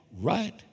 right